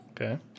Okay